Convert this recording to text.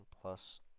plus